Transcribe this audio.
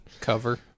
cover